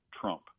trump